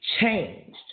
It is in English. changed